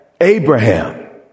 Abraham